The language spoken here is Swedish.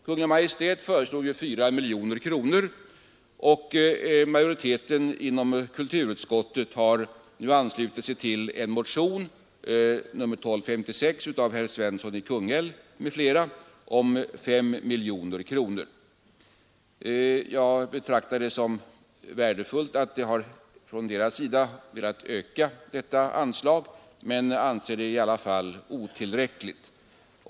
Kungl. Maj:t föreslog 4 miljoner kronor, och kulturutskottets majoritet har nu anslutit sig till motionen 1256 av herr Svensson i Kungälv m.fl., vari hemställs om ett anslag på 5 miljoner kronor. Jag betraktar det såsom värdefullt att utskottet velat öka detta anslag men anser det i alla fall otillräckligt.